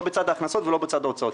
לא בצד הכנסות ולא בצד ההוצאות.